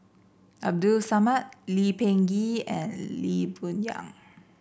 Abdul Samad Lee Peh Gee and Lee Boon Yang